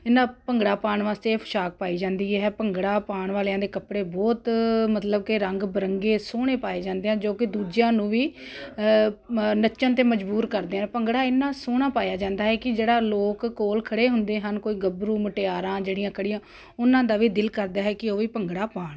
ਇਹਨਾਂ ਭੰਗੜਾ ਪਾਉਣ ਵਾਸਤੇ ਇਹ ਪੋਸ਼ਾਕ ਪਾਈ ਜਾਂਦੀ ਹੈ ਭੰਗੜਾ ਪਾਉਣ ਵਾਲਿਆਂ ਦੇ ਕੱਪੜੇ ਬਹੁਤ ਮਤਲਬ ਕਿ ਰੰਗ ਬਿਰੰਗੇ ਸੋਹਣੇ ਪਾਏ ਜਾਂਦੇ ਆ ਜੋ ਕਿ ਦੂਜਿਆਂ ਨੂੰ ਵੀ ਨੱਚਣ 'ਤੇ ਮਜ਼ਬੂਰ ਕਰਦੇ ਆ ਭੰਗੜਾ ਇੰਨਾ ਸੋਹਣਾ ਪਾਇਆ ਜਾਂਦਾ ਹੈ ਕਿ ਜਿਹੜਾ ਲੋਕ ਕੋਲ ਖੜ੍ਹੇ ਹੁੰਦੇ ਹਨ ਕੋਈ ਗੱਭਰੂ ਮੁਟਿਆਰਾਂ ਜਿਹੜੀਆਂ ਖੜ੍ਹੀਆਂ ਉਹਨਾਂ ਦਾ ਵੀ ਦਿਲ ਕਰਦਾ ਹੈ ਕਿ ਉਹ ਵੀ ਭੰਗੜਾ ਪਾਉਣ